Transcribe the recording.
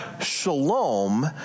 shalom